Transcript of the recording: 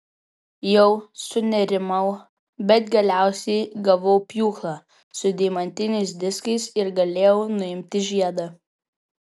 jau sunerimau bet galiausiai gavau pjūklą su deimantiniais diskais ir galėjau nuimti žiedą